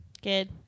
Good